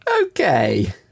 Okay